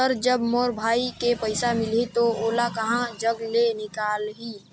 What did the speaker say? Sir जब मोर भाई के पइसा मिलही तो ओला कहा जग ले निकालिही?